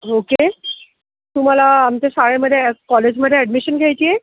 okay तुम्हाला आमच्या शाळेमध्ये अॅ कॉलेजमध्ये अॅडमिशन घ्यायची आहे